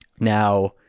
now